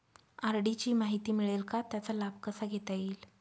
RD ची माहिती मिळेल का, त्याचा लाभ कसा घेता येईल?